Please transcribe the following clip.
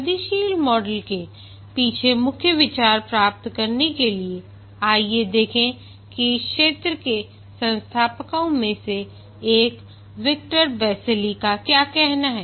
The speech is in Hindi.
वृद्धिशील मॉडल के पीछे मुख्य विचार प्राप्त करने के लिए आइए देखें कि इस क्षेत्र के संस्थापकों में से एक विक्टर बेसिली का क्या कहना है